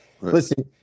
Listen